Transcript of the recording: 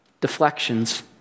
deflections